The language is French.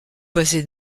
passer